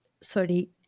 Sorry